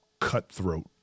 cutthroat